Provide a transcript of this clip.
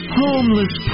homeless